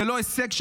זה לא הישג שלך.